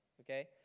Okay